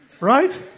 right